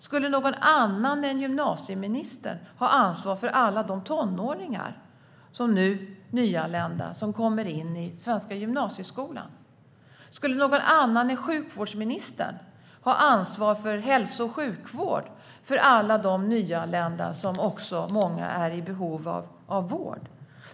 Skulle någon annan än gymnasieministern ha ansvar för alla de nyanlända tonåringar som nu kommer in i den svenska gymnasieskolan? Skulle någon annan än sjukvårdsministern ha ansvar för hälso och sjukvård för alla de många nyanlända som är i behov av vård?